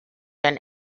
been